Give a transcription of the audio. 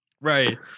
Right